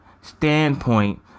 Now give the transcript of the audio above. standpoint